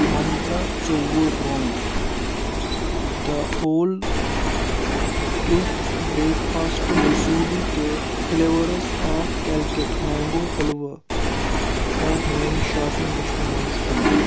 منٛترٛا ژُۄوُہ رۄنٛگ the whole truth breakfast فاسٹ میوٗسلی تہٕ فلیوٲرٕس آف کیلِکٹ مینگو حٔلوٕ کَر میانہِ شاپنگ لشٹ منٛز ڈِلیٖٹ